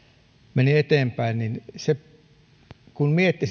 meni eteenpäin kun mietti